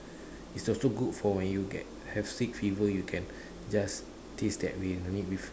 it's also good for when you get have sick fever you can just taste that way no need with